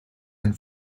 and